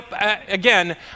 again